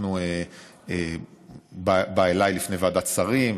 הוא בא אליי לפני ועדת השרים,